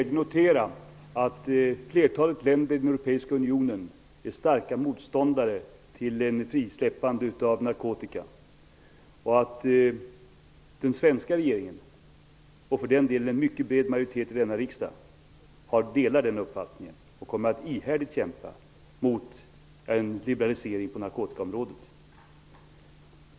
Herr talman! Jag kan med glädje notera att flertalet länder i den europeiska unionen är starka motståndare till ett frisläppande av narkotika och att den svenska regeringen, och för den delen en mycket bred majoritet i denna riksdag, delar den uppfattningen och ihärdigt kommer att kämpa mot en liberalisering på narkotikaområdet.